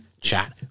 chat